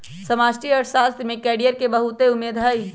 समष्टि अर्थशास्त्र में कैरियर के बहुते उम्मेद हइ